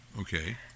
Okay